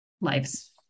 lives